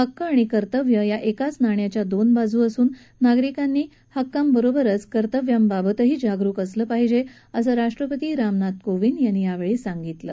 हक्क आणि कर्तव्य या एकाच नाण्याच्या दोन बाजू असून नागरिकांनी आपल्या हक्कांबरोबरच कर्तव्याबाबतही जागरुक असलं पाहिजे असं राष्ट्रपती रामनाथ कोविंद यांनी या वेळी म्हटलं